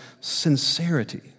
sincerity